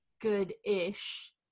good-ish